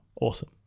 awesome